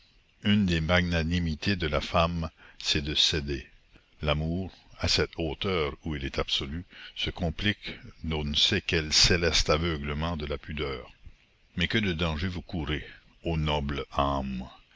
une des magnanimités de la femme c'est de céder l'amour à cette hauteur où il est absolu se complique d'on ne sait quel céleste aveuglement de la pudeur mais que de dangers vous courez ô nobles âmes